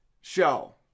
show